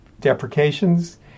deprecations